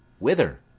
whither?